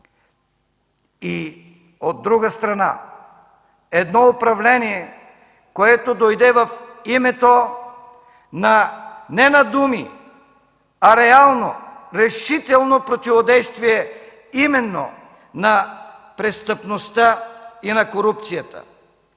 и, от друга страна, едно управление, което дойде в името не на думи, а реално, за решително противодействие именно на престъпността и на корупцията.